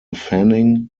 fanning